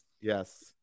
Yes